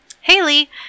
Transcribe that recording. Haley